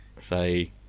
say